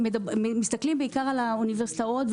מסתכלים בעיקר על האוניברסיטאות,